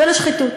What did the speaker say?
ולשחיתות,